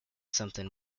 something